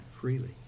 freely